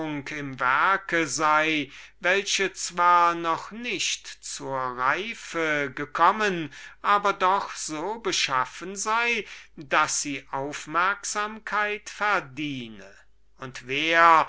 sei welches zwar vermutlich noch nicht zu seiner reife gekommen aber doch so beschaffen sei daß es aufmerksamkeit verdiene und wer